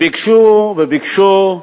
וביקשו, וביקשו.